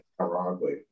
ironically